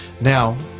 Now